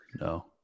No